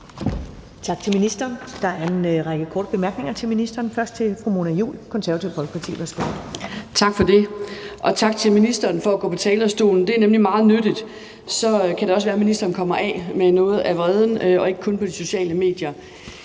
Tak til ministeren. Der er en række korte bemærkninger til ministeren, først fra fru Mona Juul, Det Konservative Folkeparti. Værsgo. Kl. 11:06 Mona Juul (KF): Tak for det, og tak til ministeren for at gå på talerstolen. Det er nemlig meget nyttigt. Så kan det også være, at ministeren kommer af med noget af vreden og ikke kun på de sociale medier.